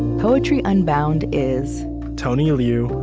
poetry unbound is tony liu,